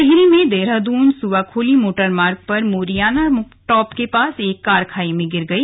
टिहरी में देहरादून सुवाखोली मोटरमार्ग पर मोरियाना टॉप के पास एक कार खाई में गिर गई